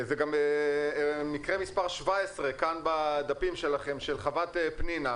זה מקרה מספר 17 כאן בדפים שלכם, של חוות פנינה.